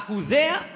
Judea